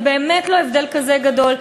זה באמת לא הבדל כזה גדול,